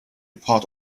part